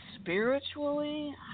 spiritually